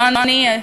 לא אני,